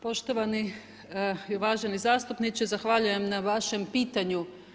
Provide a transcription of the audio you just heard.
Poštovani i uvaženi zastupniče, zahvaljujem na vašem pitanju.